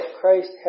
Christ